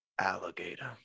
alligator